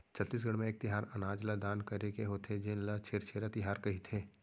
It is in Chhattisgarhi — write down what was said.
छत्तीसगढ़ म एक तिहार अनाज ल दान करे के होथे जेन ल छेरछेरा तिहार कहिथे